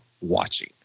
watching